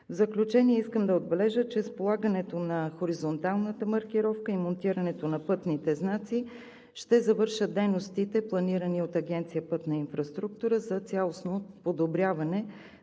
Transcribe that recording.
В заключение искам да отбележа, че с полагането на хоризонталната маркировка и монтирането на пътните знаци ще завършат дейностите, планирани от Агенция „Пътна инфраструктура“ за цялостно подобряване